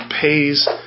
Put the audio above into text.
pays